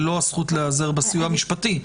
ולא הזכות להיעזר בסיוע המשפטי.